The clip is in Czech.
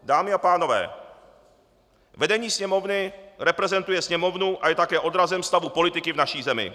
Dámy a pánové, vedení Sněmovny reprezentuje Sněmovnu a je také odrazem stavu politiky v naší zemi.